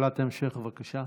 המשך, בבקשה.